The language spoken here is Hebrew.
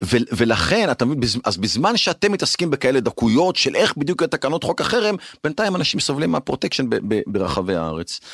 ולכן, אז בזמן שאתם מתעסקים בכאלה דקויות של איך בדיוק לתקנות חוק החרם, בינתיים אנשים סובלים מה-protection ברחבי הארץ.